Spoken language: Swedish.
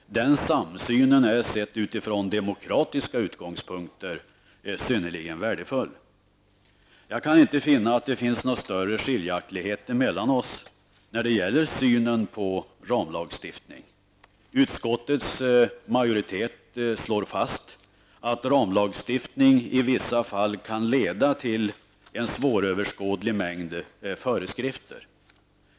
Den samsynen är sett utifrån demokratiska utgångspunkter synnerligen värdefull. Jag kan inte se att det finns några större skiljaktigheter mellan oss när det gäller synen på ramlagstiftning. Utskottets majoritet slår fast att ramlagstiftning i vissa fall kan leda till en svåröverskådlig mängd föreskrifter.